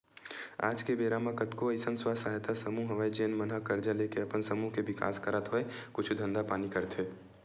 आज के बेरा म कतको अइसन स्व सहायता समूह हवय जेन मन ह करजा लेके अपन समूह के बिकास करत होय कुछु धंधा पानी करथे